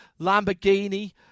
Lamborghini